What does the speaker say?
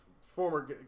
Former